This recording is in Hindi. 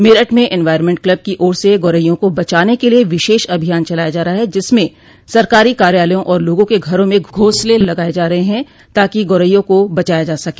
मेरठ में एंवायरमेंट क्लब की ओर से गोरैयों को बचाने के लिए विशेष अभियान चलाया जा रहा है जिसमें सरकारी कार्यालयों और लोगों के घरों में घोंसले लगाये जा रहे हैं ताकि गोरैयों को बचाया जा सके